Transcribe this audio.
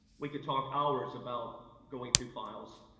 we could talk hours about going through files,